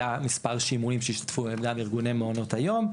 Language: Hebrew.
היו מספר שימועים שהשתתפו גם ארגוני מעונות היום,